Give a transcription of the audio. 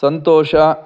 ಸಂತೋಷ